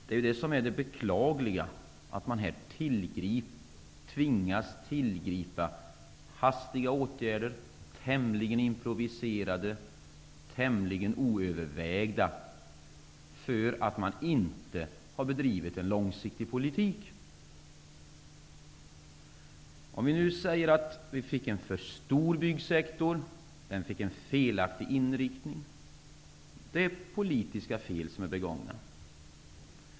Det beklagliga är att vi tvingas tillgripa hastiga, tämligen improviserade och tämligen oövervägda åtgärder för att man inte har bedrivit en långsiktig politik. Vi säger att vi fick en för stor byggsektor med felaktig inriktning. Det är politiska fel som är begångna.